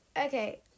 Okay